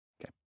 Okay